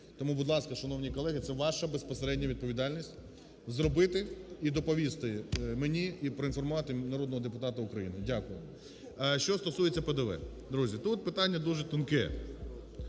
Тому, будь ласка, шановні колеги, це ваша безпосередньо відповідальність, зробити і доповісти мені, і проінформувати народного депутата України. Дякую. Що стосується ПДВ. Друзі, тут питання дуже тонке.